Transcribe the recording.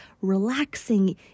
relaxing